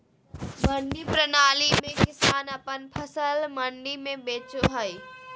मंडी प्रणाली में किसान अपन फसल मंडी में बेचो हय